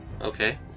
Okay